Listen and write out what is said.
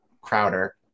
Crowder